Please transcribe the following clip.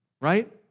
Right